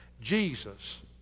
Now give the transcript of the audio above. Jesus